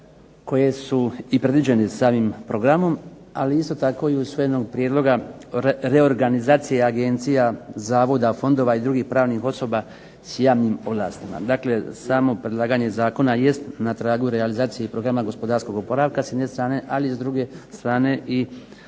koje su i predviđeni samim programom, ali isto tako i usvojenog prijedloga reorganizacije agencija, zavoda, fondova i drugih pravnih osoba s javnim ovlastima. Dakle, samo predlaganje zakona jest na tragu realizacije programa gospodarskog oporavka s jedne strane, ali s druge strane i na